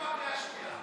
הקריאה השנייה.